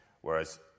Whereas